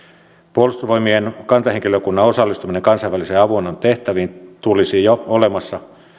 puolustusvoimien kantahenkilökunnan osallistumisen kansainvälisen avunannon tehtäviin tulisi jo olemassa